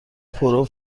پرو